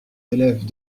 élèves